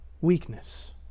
weakness